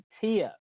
Tia